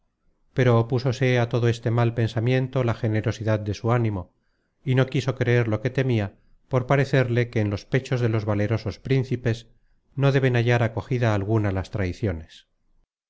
pero opúsose á todo este mal pensamiento la generosidad de su ánimo y no quiso creer lo que temia por parecerle que en los pechos de los valerosos principes no deben hallar acogida alguna las traiciones